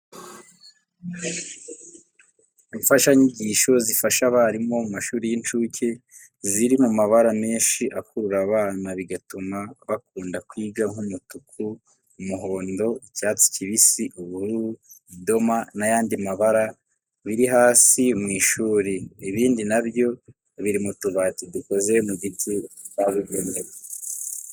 Imfashanyigisho zifasha abarimu bo mu mashuri y'incuke, ziri mu mabara menshi akurura abana bigatuma bakunda kwiga nk'umutuku, umuhondo, icyatsi kibisi, ubururu, idoma n'ayandi mabara biri hasi mu ishuri. Ibindi na byo biri mu tubati dukoze mu giti twabugenewe.